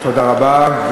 תודה רבה.